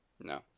no